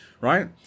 right